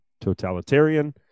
totalitarian